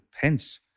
Pence